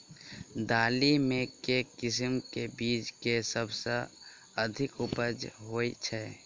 दालि मे केँ किसिम केँ बीज केँ सबसँ अधिक उपज होए छै?